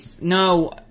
no